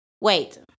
wait